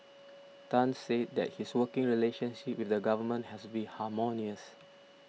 Tan said that his working relationship with the Government has been harmonious